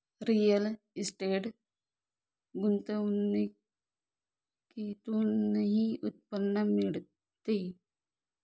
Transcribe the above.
real estate गुंतवणुकीतूनही उत्पन्न मिळते